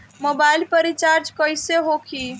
Mobile पर recharge कैसे होखी?